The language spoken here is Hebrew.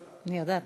אני, מיקי,